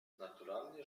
naturalnie